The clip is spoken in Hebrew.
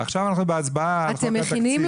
עכשיו אנחנו בהצבעה על חוק התקציב.